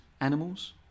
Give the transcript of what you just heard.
animals